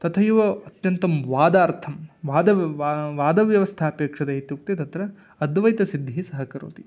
तथैव अत्यन्तं वादार्थं वाद वादव्यवस्थापेक्षते इत्युक्ते अत्र अद्वैतसिद्धिः सहकरोति